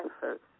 first